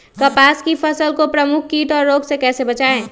कपास की फसल को प्रमुख कीट और रोग से कैसे बचाएं?